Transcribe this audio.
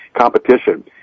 competition